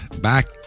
back